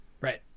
Right